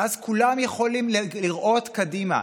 ואז כולם יכולים לראות קדימה.